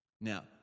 Now